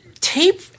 tape